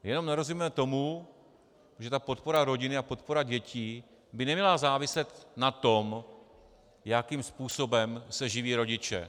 Jenom nerozumíme tomu, že ta podpora rodin a podpora dětí by neměla záviset na tom, jakým způsobem se živí rodiče.